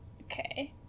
Okay